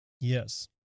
Yes